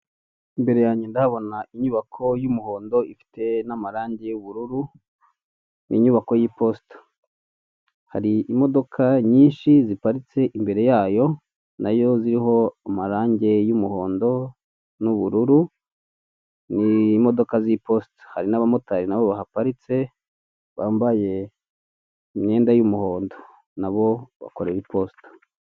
Imbere yanjye ndahabona inyubako y'umuhondo ifite n'amarange y'ubururu, n'inyubako y'iposita. Hari imodoka nyinshi ziparitse imbere yayo, nayo ziriho amarange y'umuhondo n'ubururu, ni imodoka z'iposita. Hari n'abamotari nabo bahaparitse bambaye imyenda y'umuhondo, nabo bakorera iposita.